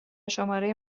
شماره